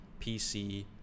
pc